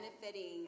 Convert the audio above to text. benefiting